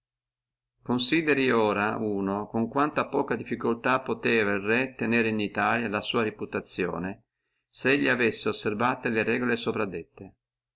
consideri ora uno con quanta poca difficultà posseva il re tenere in italia la sua reputazione se elli avessi osservate le regole